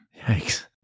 Yikes